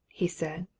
he said.